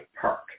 Park